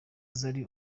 zari